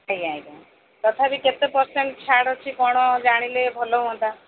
ଆଜ୍ଞା ଆଜ୍ଞା ତଥାପି କେତେ ପରସେଣ୍ଟ୍ ଛାଡ଼ ଅଛି କ'ଣ ଜାଣିଲେ ଭଲ ହୁଅନ୍ତା